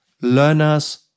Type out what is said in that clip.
learner's